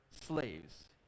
slaves